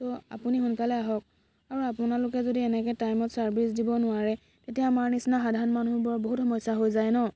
চ' আপুনি সোনকালে আহক আৰু আপোনালোকে যদি এনেকে টাইমত চাৰ্ভিছ দিব নোৱাৰে তেতিয়া আমাৰ নিচিনা সাধাৰণ মানুহবোৰৰ বহুত সমস্যা হৈ যায় ন